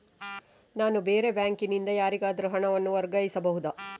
ನಾನು ಬೇರೆ ಬ್ಯಾಂಕ್ ನಿಂದ ಯಾರಿಗಾದರೂ ಹಣವನ್ನು ವರ್ಗಾಯಿಸಬಹುದ?